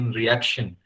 reaction